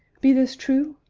be this true?